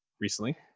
recently